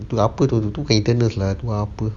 itu apa itu berkaitan dengan saya lupa apa